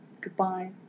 goodbye